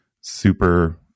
super